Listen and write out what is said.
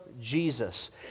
Jesus